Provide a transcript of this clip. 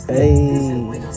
Hey